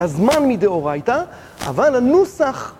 הזמן מדאורייתא, אבל הנוסח...